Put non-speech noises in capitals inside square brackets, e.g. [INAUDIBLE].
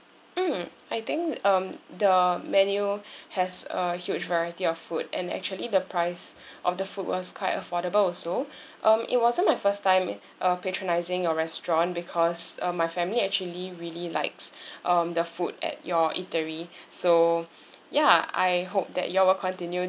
mm I think um the menu has a huge variety of food and actually the price of the food was quite affordable also um it wasn't my first time uh patronising your restaurant because uh my family actually really likes [BREATH] um the food at your eatery so ya I hope that you all will continue